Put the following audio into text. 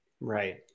Right